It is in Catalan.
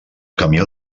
camió